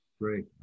great